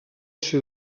ser